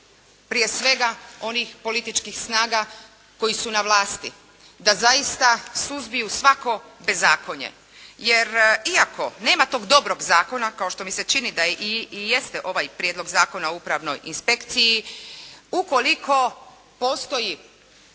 prije svega onih političkih snaga koji su na vlasti, da zaista suzbiju svako bezakonje. Jer, iako nema tog dobrog zakona kao što mi se čini da i jeste ovaj Prijedlog zakona o upravnoj inspekciji, ukoliko postoji